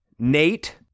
Nate